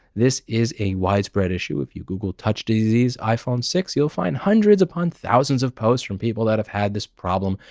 this is a widespread issue. if you google touch disease iphone six, you'll find hundreds upon thousands of posts from people that have had this problem,